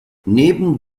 neben